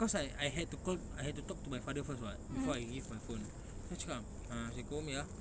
cause I I had to call I had to talk to my father first [what] before I give my phone so I cakap uh assalamualaikum ya